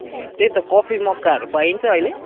ए त्यही त कफी मक्काहरू पाइन्छ अहिले